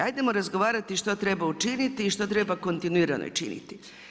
Ajdemo razgovarati što treba učiniti i što treba kontinuirano činiti.